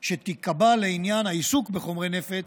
שתיקבע לעניין העיסוק בחומרי נפץ,